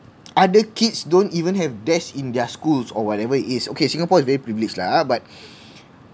other kids don't even have desks in their schools or whatever it is okay singapore is very privileged lah but